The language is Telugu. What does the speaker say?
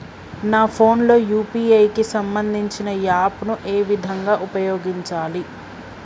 నా ఫోన్ లో యూ.పీ.ఐ కి సంబందించిన యాప్ ను ఏ విధంగా ఉపయోగించాలి?